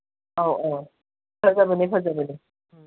ꯑꯧ ꯑꯧ ꯐꯖꯕꯅꯦ ꯐꯖꯕꯅꯦ